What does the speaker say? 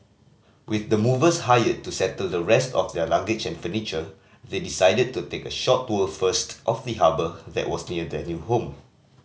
with the movers hired to settle the rest of their luggage and furniture they decided to take a short tour first of the harbour that was near their new home